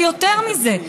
ויותר מזה,